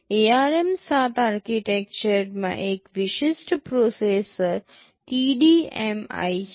ARM7 આર્કિટેક્ચરમાં આ એક વિશિષ્ટ પ્રોસેસર TDMI છે